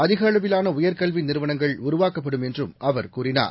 அதிக அளவிலாள உயர்கல்வி நிறுவனங்கள் உருவாக்கப்படும் என்றும் அவர் கூறினார்